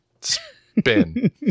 spin